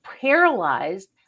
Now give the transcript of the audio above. paralyzed